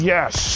Yes